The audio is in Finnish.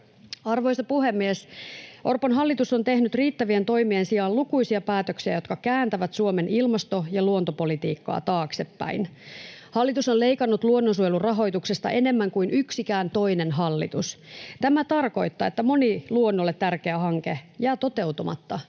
Arvoisa puhemies! Orpon hallitus on tehnyt riittävien toimien sijaan lukuisia päätöksiä, jotka kääntävät Suomen ilmasto- ja luontopolitiikkaa taaksepäin. Hallitus on leikannut luonnonsuojelun rahoituksesta enemmän kuin yksikään toinen hallitus. Tämä tarkoittaa, että moni luonnolle tärkeä hanke jää toteutumatta